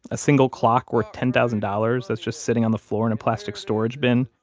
a single clock worth ten thousand dollars that's just sitting on the floor in a plastic storage bin.